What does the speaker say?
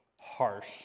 harsh